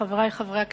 חברי חברי הכנסת,